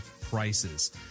prices